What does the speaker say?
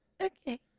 Okay